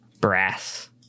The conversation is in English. brass